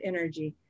Energy